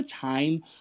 time